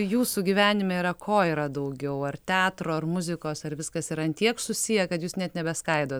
jūsų gyvenime yra ko yra daugiau ar teatro ar muzikos ar viskas yra ant tiek susiję kad jūs net nebeskaidot